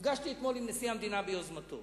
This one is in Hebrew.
נפגשתי אתמול עם נשיא המדינה ביוזמתו